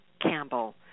Campbell